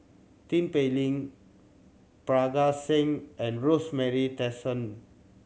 Tin Pei Ling Parga Singh and Rosemary Tessensohn